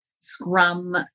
Scrum